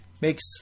makes